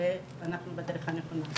ואנחנו בדרך הנכונה.